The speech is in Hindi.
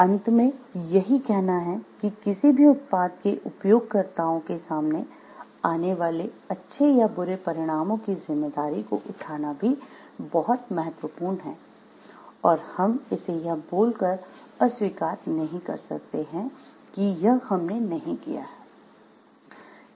अंत में यही कहना है कि किसी भी उत्पाद के उपयोगकर्ताओं के सामने आने वाले अच्छे या बुरे परिणामों की जिम्मेदारी को उठाना भी बहुत महत्वपूर्ण है और हम इसे यह बोलकर अस्वीकार नहीं कर सकते हैं कि यह हमने नहीं किया है